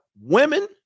women